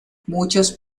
muchos